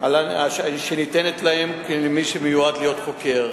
שניתנת למי שמיועד להיות חוקר,